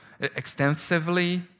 extensively